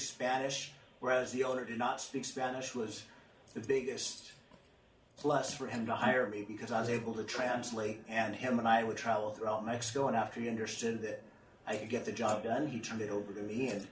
spanish whereas the owner did not speak spanish was the biggest plus for him to hire me because i was able to translate and him and i would travel throughout mexico and after you understood this i could get the job done he turned it over